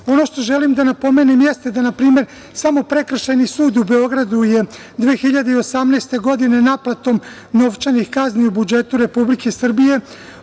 što želim da napomenem jeste da npr. samo Prekršajni sud u Beogradu je 2018. godine, naplatom novčanih kazni, u budžetu Republike Srbije